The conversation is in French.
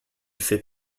fait